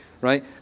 right